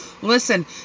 Listen